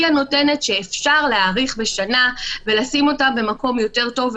היא הנותנת שאפשר להאריך בשנה ולשים אותם במקום יותר טוב,